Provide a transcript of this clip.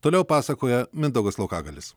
toliau pasakoja mindaugas laukagalis